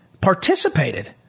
participated